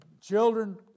children